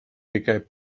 kõige